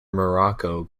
morocco